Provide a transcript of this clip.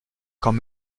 quand